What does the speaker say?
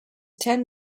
tend